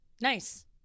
Nice